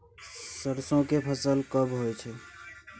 सरसो के फसल कब होय छै?